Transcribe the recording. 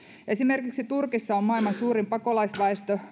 esimerkiksi turkissa on maailman suurin pakolaisväestö